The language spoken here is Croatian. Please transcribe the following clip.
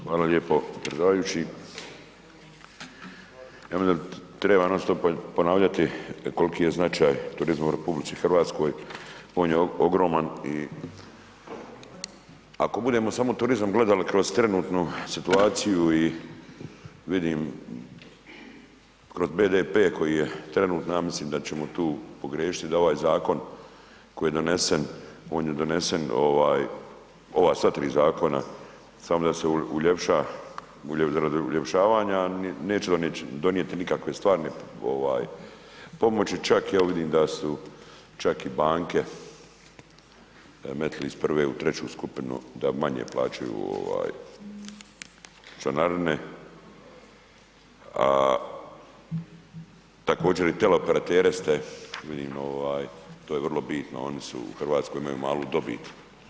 Hvala lijepo predsjedavajući, ja mislim da bi treba non stop ponavljati koliki je značaj turizma u RH, on je ogroman i ako budemo samo turizam gledali kroz trenutnu situaciju i vidim kroz BDP koji je trenutno ja mislim da ćemo tu pogriješiti da ovaj zakon koji je donesen, on je donesen ovaj ova sva tri zakona samo da se uljepša, radi uljepšavanja neće donijeti nikakve stvarne pomoći čak ja vidim da su čak i banke metli iz prve u treću skupinu da manje plaćaju ovaj članarine, a također i teleoperatere ste vidim ovaj to je vrlo bitno oni su u Hrvatskoj imaju malu dobit.